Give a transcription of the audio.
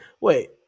wait